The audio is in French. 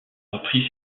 repris